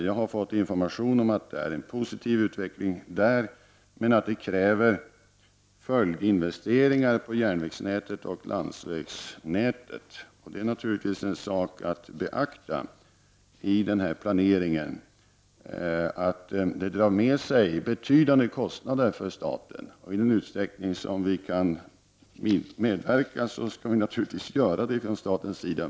Jag har fått den informationen att det är en positiv utveckling där, men att det krävs följdinvesteringar på järnvägsnätet och landsvägsnätet. Det är naturligtvis något att beakta i planeringen att det drar med sig betydande kostnader för staten. I den utsträckning staten kan medverka skall vi naturligtvis göra det från statens sida.